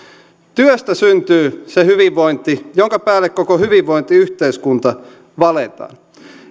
työstä syntyy se hyvinvointi jonka päälle koko hyvinvointiyhteiskunta valetaan